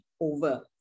over